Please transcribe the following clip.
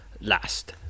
last